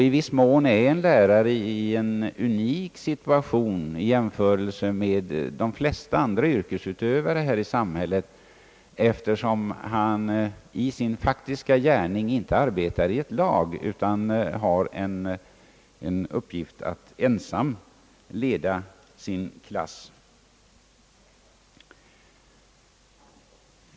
I viss mån är en lärare i en unik situation i jämförelse med de flesta andra yrkesutövare här i samhället, eftersom han i sin faktiska gärning inte arbetar i ett lag utan har till uppgift att ensam leda sin klass.